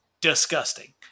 disgusting